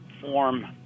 form